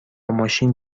ماشین